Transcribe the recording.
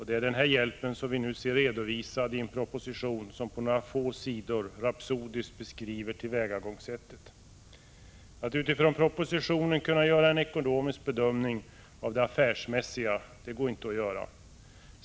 Det är den hjälpen vi nu ser redovisad i en proposition som på några få sidor rapsodiskt beskriver tillvägagångssättet. Att utifrån propositionen göra en ekonomisk bedömning av det affärsmässiga i förslaget är omöjligt.